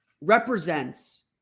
represents